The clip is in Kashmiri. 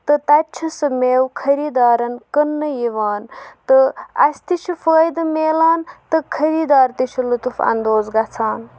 تہٕ تَتہِ چھُ سُہ میوٕ خریدارن کٕننہٕ یِوان تہٕ اَسہِ تہِ چھُ فٲیدٕ مِلان تہٕ خریدار تہِ چھُ لُطُف اَندوز گژھان